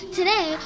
Today